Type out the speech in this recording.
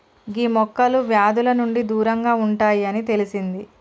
గీ మొక్కలు వ్యాధుల నుండి దూరంగా ఉంటాయి అని తెలిసింది